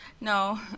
No